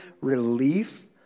relief